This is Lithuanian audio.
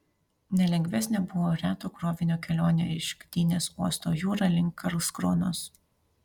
nelengvesnė buvo reto krovinio kelionė iš gdynės uosto jūra link karlskronos